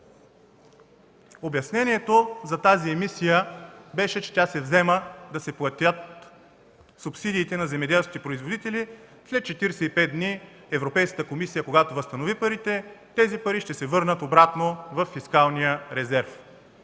Обяснението за тази емисия беше, че тя се взема, за да се платят субсидиите на земеделските производители. След 45 дни, когато Европейската комисия възстанови парите, те ще се върнат обратно във фискалния резерв.